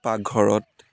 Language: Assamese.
পাকঘৰত